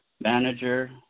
manager